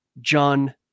John